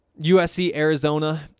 USC-Arizona